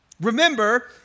Remember